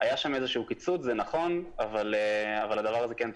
זה נכון שהיה שם איזשהו קיצוץ אבל הדבר הזה כן תוקצב.